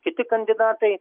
kiti kandidatai